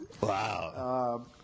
Wow